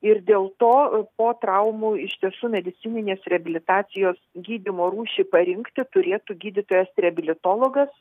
ir dėl to po traumų iš tiesų medicininės reabilitacijos gydymo rūšį parinkti turėtų gydytojas reabilitologas